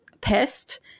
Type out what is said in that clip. pissed